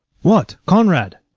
what, conrade!